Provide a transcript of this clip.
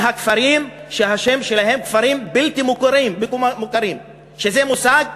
מהכפרים שהשם שלהם כפרים בלתי מוכרים, שזה מושג,